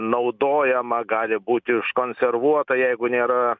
naudojama gali būti užkonservuota jeigu nėra